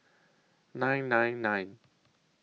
nine nine nine